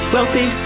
Wealthy